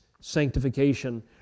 sanctification